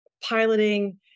piloting